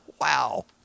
Wow